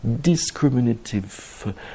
discriminative